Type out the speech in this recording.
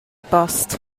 bost